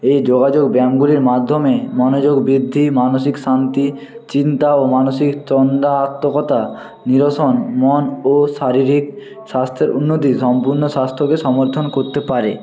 এই যোগাযোগ ব্যায়ামগুলির মাধ্যমে মনোযোগ বৃদ্ধি মানসিক শান্তি চিন্তা ও মানসিক তন্দ্রা আত্মকতা নিরসন মন ও শারীরিক স্বাস্থ্যের উন্নতি সম্পূর্ণ স্বাস্থ্যকে সমর্থন করতে পারে